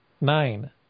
nine